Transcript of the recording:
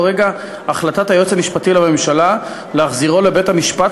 רגע החלטת היועץ המשפטי לממשלה להחזירו לבית-המשפט,